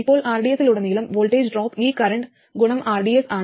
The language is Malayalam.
ഇപ്പോൾ rds ലുടനീളം വോൾട്ടേജ് ഡ്രോപ്പ് ഈ കറന്റ് ഗുണം rds ആണ്